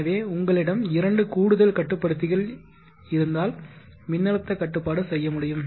எனவே உங்களிடம் இரண்டு கூடுதல் கட்டுப்படுத்தி கள் இருந்தால் மின்னழுத்த கட்டுப்பாடு செய்ய முடியும்